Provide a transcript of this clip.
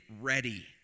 ready